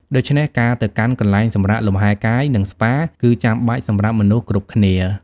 ដូច្នេះ ការទៅកាន់កន្លែងសម្រាកលំហែកាយ និងស្ប៉ាគឺចាំបាច់សម្រាប់មនុស្សគ្រប់គ្នា។